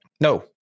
No